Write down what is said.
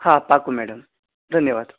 હા પાક્કું મેડમ ધન્યવાદ